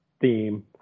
theme